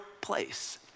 place